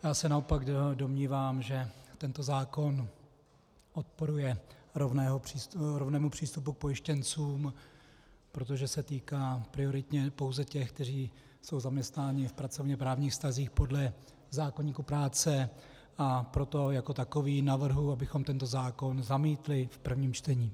Já se naopak domnívám, že tento zákon odporuje rovnému přístupu k pojištěncům, protože se týká prioritně pouze těch, kteří jsou zaměstnáni v pracovněprávních vztazích podle zákoníku práce, a proto jako takový navrhuji, abychom tento zákon zamítli v prvním čtení.